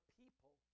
people